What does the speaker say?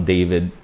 David